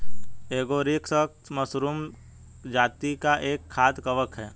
agaricus mushroom जाती का एक खाद्य कवक है